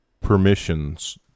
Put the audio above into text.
permissions